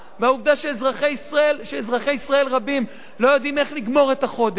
והעובדה שאזרחי ישראל רבים לא יודעים איך לגמור את החודש,